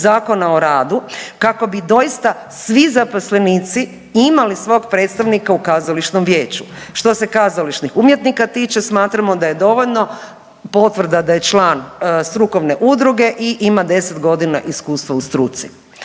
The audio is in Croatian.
Zakona o radu kako bi doista svi zaposlenici imali svog predstavnika u kazališnom vijeću. Što se kazališnih umjetnika tiče smatramo da je dovoljno potvrda da je član strukovne udruge i ima 10 godina iskustva u struci.